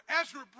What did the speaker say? Ezra